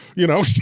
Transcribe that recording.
you know?